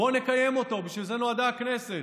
בוא נקיים אותו, בשביל זה נועדה הכנסת.